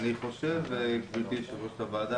גבירתי יו"ר הוועדה,